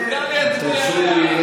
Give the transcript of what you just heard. תרשו לי,